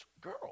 girl